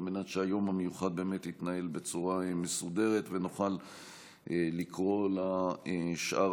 ועל מנת שהיום המיוחד יתנהל בצורה מסודרת ונוכל לקרוא לשאר